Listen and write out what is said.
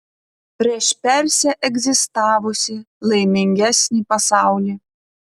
prieš persę egzistavusį laimingesnį pasaulį